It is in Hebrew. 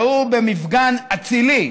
והוא, במפגן אצילי,